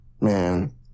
Man